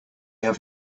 have